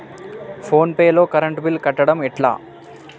Phone pay లో current bill కట్టడం ఎట్లా?